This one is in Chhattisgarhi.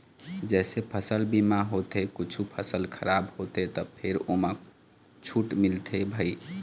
जइसे फसल बीमा होथे कुछ फसल खराब होथे त फेर ओमा छूट मिलथे भई